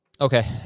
Okay